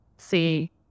See